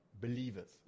Believers